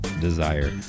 desire